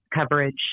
coverage